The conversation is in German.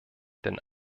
denn